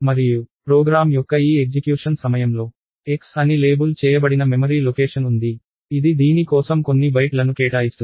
మరియు ప్రోగ్రామ్ యొక్క ఈ ఎగ్జిక్యూషన్ సమయంలో x అని లేబుల్ చేయబడిన మెమరీ లొకేషన్ ఉంది ఇది దీని కోసం కొన్ని బైట్లను కేటాయిస్తుంది